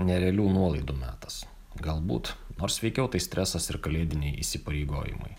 nerealių nuolaidų metas galbūt nors veikiau tai stresas ir kalėdiniai įsipareigojimai